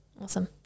Awesome